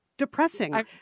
depressing